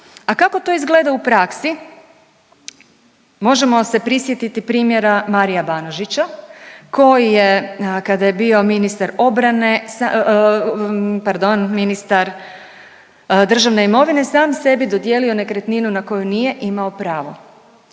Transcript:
A kako to izgleda u praksi? Možemo se prisjetiti primjera Maria Banožića koji je kada je bio ministar obrane, pardon ministar državne imovine sam sebi dodijelio nekretninu na koju nije imao pravo.